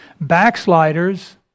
Backsliders